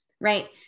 right